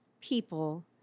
people